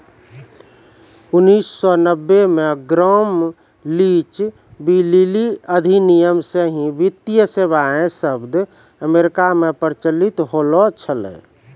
उन्नीस सौ नब्बे मे ग्राम लीच ब्लीली अधिनियम से ही वित्तीय सेबाएँ शब्द अमेरिका मे प्रचलित होलो छलै